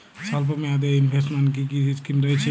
স্বল্পমেয়াদে এ ইনভেস্টমেন্ট কি কী স্কীম রয়েছে?